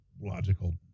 logical